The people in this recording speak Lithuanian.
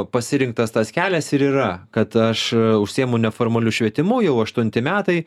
pasirinktas tas kelias ir yra kad aš užsiimu neformaliu švietimu jau aštunti metai